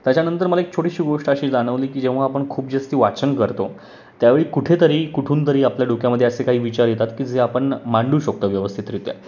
त्याच्यानंतर मला एक छोटीशी गोष्ट अशी जाणवली की जेव्हा आपण खूप जास्त वाचन करतो त्यावेळी कुठेतरी कुठून तरी आपल्या डोक्यामध्ये असे काही विचार येतात की जे आपण मांडू शकतो व्यवस्थितरित्या